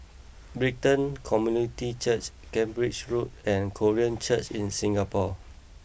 Brighton Community Church Cambridge Road and Korean Church in Singapore